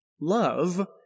love